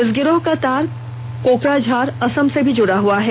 इस गिरोह का तार कोकराझार असम से भी जुड़ा हुआ है